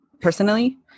personally